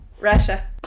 Russia